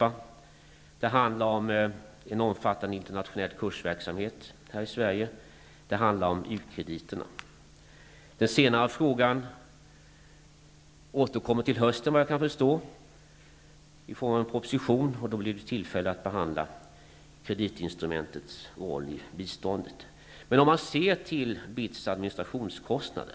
Vidare rör det sig om en omfattande internationell kursverksamhet här i Sverige. Det handlar också om u-krediterna. Så vitt jag förstår återkommer den senare frågan i höst i form av en proposition. Då blir det tillfälle att behandla kreditinstrumentets roll i biståndet. Men om man ser till BITS administrationskostnader,